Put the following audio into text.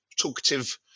talkative